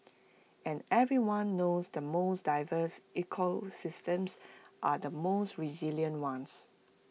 and everyone knows the most diverse ecosystems are the most resilient ones